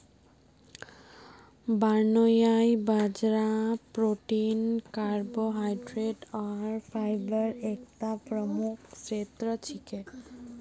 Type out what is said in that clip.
barnyard बाजरा protein carbohydrate आर fibre एकता प्रमुख स्रोत छिके